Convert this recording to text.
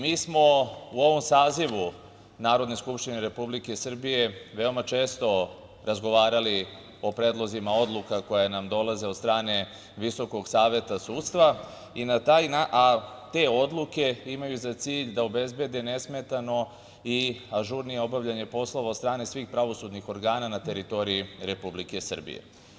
Mi smo u ovom sazivu Narodne skupštine Republike Srbije veoma često razgovarali o predlozima odluka koje nam dolaze od strane Visokog saveta sudstva, a te odluke imaju za cilj da obezbede nesmetano i ažurnije obavljanje poslova od strane svih pravosudnih organa na teritoriji Republike Srbije.